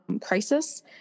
crisis